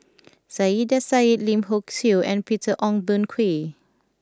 Saiedah Said Lim Hock Siew and Peter Ong Boon Kwee